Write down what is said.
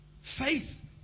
Faith